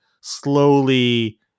slowly